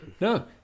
No